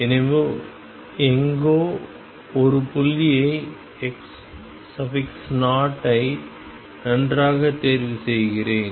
எனவே எங்கோ ஒரு புள்ளியை x0 ஐ நன்றாக தேர்வு செய்கிறேன்